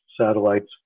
satellites